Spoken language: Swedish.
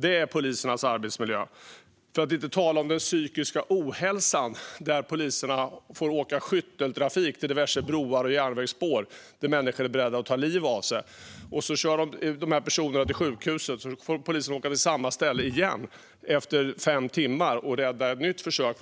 Det är polisernas arbetsmiljö. För att inte tala om den psykiska ohälsan. Poliserna får åka skytteltrafik till diverse broar och järnvägsspår där människor är beredda att ta livet av sig. Dessa personer körs till sjukhuset, och fem timmar senare får poliserna åka till samma ställe igen och rädda samma person från ett nytt försök